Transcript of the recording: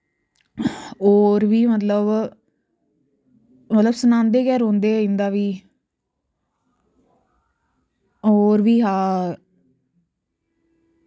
और वी मतलव मतलव सनांदे गै रौह्ंदे इंदा वी और वी हा